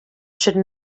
should